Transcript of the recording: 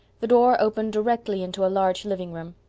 the door opened directly into a large living-room,